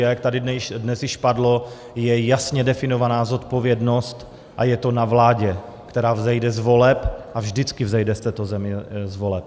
A jak tady již dnes již padlo, je jasně definovaná zodpovědnost, a je to na vládě, která vzejde z voleb, a vždycky vzejde v této zemi z voleb.